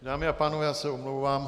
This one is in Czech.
Dámy a pánové, já se omlouvám.